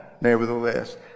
nevertheless